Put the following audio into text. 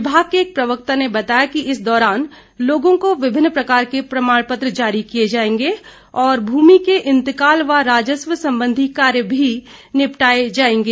विभाग के एक प्रवक्ता ने बताया कि इस दौरान लोगों को विभिन्न प्रकार के प्रमाणपत्र जारी किए जाएंगे और भूमि के इंतकाल व राजस्व संबंधी कार्य भी निपटाएं जाएंगे